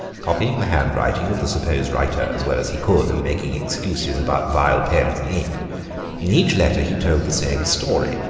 copying the handwriting of the supposed writer as well as he could, and making excuses about vile pens and ink in each letter he told the same story,